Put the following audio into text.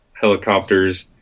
helicopters